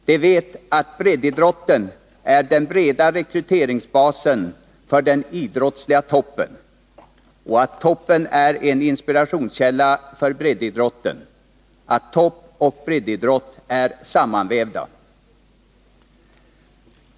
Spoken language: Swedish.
De vet att breddidrotten är den breda rekryteringsbasen för den idrottsliga toppen — och att toppen är en inspirationskälla för breddidrotten, att toppoch breddidrott är sammanvävda.